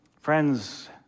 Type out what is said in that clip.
Friends